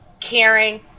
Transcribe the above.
caring